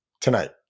tonight